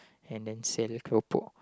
and then sell keropok